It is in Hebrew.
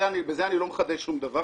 ובזה אני לא מחדש דבר,